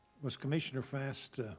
was commissioner fast